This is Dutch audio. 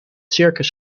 circus